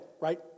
right